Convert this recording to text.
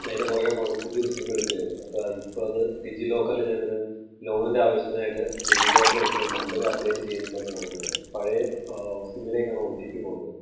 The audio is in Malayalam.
അതിൻ്റെ പുറകെ പോകാണ്ട് പുതിയൊരു സിമ്മെടുക്കുവായിരുന്നു അപ്പ ഇപ്പോൾ അത് ഡിജി ലോക്കറില് ഞാനൊരു ലോണിൻ്റെ ആവശ്യത്തിനായിട്ട് ഡിജി ലോക്കറെടുത്തപ്പോൾ നമ്പര് അപ്ഡേറ്റ് ചെയ്തിട്ടില്ലെന്ന് കാണിക്കുന്നുണ്ട് പഴയ സിമ്മിലേക്കാണ് ഓ റ്റി പി പോകുന്നത്